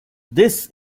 this